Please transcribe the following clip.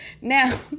Now